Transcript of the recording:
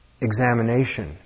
examination